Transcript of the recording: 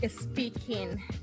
speaking